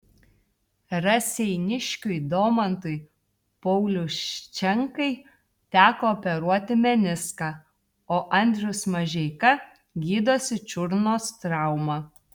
raseiniškiui domantui pauliuščenkai teko operuoti meniską o andrius mažeika gydosi čiurnos traumą